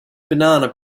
banana